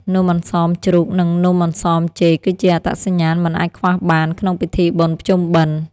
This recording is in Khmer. នំអន្សមជ្រូក និងនំអន្សមចេក គឺជាអត្តសញ្ញាណមិនអាចខ្វះបានក្នុងពិធីបុណ្យភ្ជុំបិណ្ឌ។